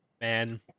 man